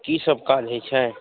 की सब काज होइ छै